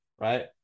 right